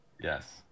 Yes